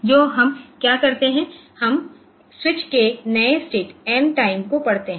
तो हम क्या करते हैं हम स्विच के नए स्टेट n टाइम को पढ़ते है